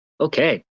Okay